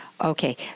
Okay